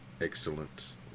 excellent